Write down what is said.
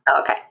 Okay